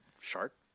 shark